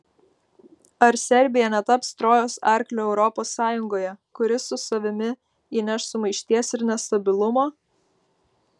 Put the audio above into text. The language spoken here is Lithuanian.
ar serbija netaps trojos arkliu europos sąjungoje kuris su savimi įneš sumaišties ir nestabilumo